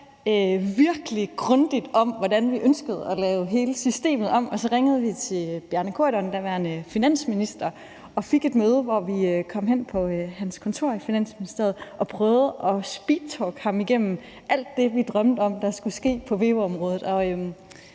virkelig grundigt om, hvordan vi ønskede at lave hele systemet om, og så ringede vi til Bjarne Corydon, daværende finansminister, og fik et møde, hvor vi kom hen på hans kontor i Finansministeriet og prøvede at speedtalke ham igennem alt det, vi drømte om skulle ske på veu-området.